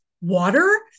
water